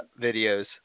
videos